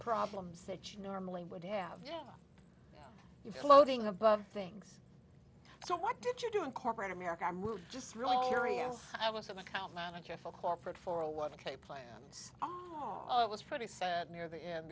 problems that you normally would have you floating above things so what did you do in corporate america i'm just really curious i was an account manager for corporate for a walk a plans it was pretty set near the end